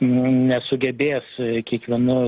nesugebės kiekvienu